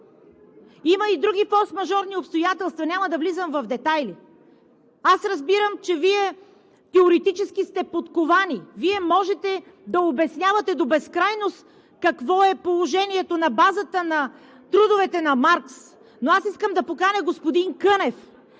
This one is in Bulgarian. Има и други форсмажорни обстоятелства, няма да влизам в детайли. Аз разбирам, че теоретически Вие сте подковани, Вие можете да обяснявате до безкрайност какво е положението на базата на трудовете на Маркс. Но аз искам да поканя господин Кънев,